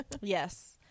yes